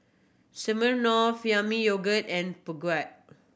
Smirnoff Yami Yogurt and Peugeot